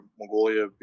Mongolia